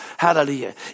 Hallelujah